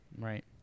Right